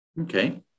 Okay